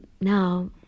now